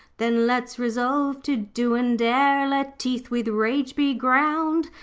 then let's resolve to do and dare. let teeth with rage be ground.